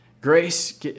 grace